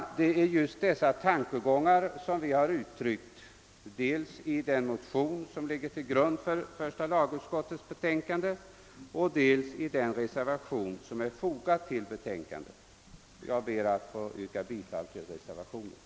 Det är just dessa tankegångar som vi uttrycker dels i den motion som behandlas i första lagutskottets utlåtande, dels i den reservation som fogats till utlåtandet. Herr talman! Jag ber att få yrka bifall till reservationen.